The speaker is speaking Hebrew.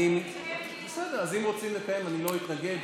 אם רוצים לקיים, אני לא אתנגד.